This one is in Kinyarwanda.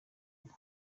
ubu